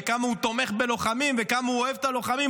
כמה הוא תומך בלוחמים וכמה הוא אוהב את הלוחמים,